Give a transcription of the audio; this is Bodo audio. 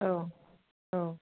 औ औ